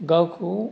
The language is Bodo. गावखौ